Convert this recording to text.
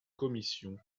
commission